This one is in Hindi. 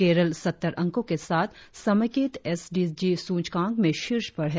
केरल सत्तर अंको के साथ समेकित एस डी जी सूचकांक में शीर्ष पर है